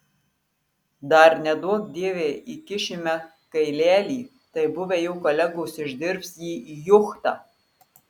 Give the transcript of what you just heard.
dar neduok dieve įkišime kailelį tai buvę jo kolegos išdirbs jį į juchtą